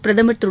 பிரதமர்திரு